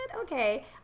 Okay